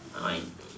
my